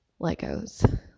Legos